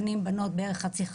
בנים ובנות זה בערך חצי-חצי.